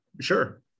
sure